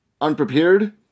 unprepared